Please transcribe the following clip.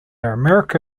america